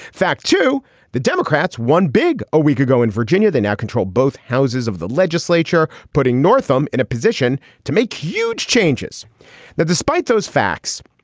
fact two the democrats won big. a week ago in virginia they now control both houses of the legislature putting northam in a position to make huge changes that despite those facts.